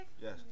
Yes